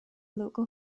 local